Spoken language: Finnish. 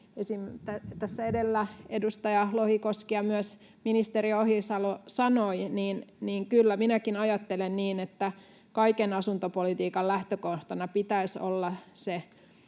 esim. edustaja Lohikoski ja myös ministeri Ohisalo sanoivat, niin kyllä minäkin ajattelen niin, että kaiken asuntopolitiikan lähtökohtana pitäisi olla se